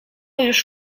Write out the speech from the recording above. już